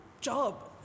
job